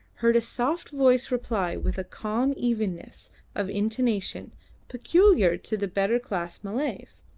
heard a soft voice reply with a calm evenness of intonation peculiar to the better class malays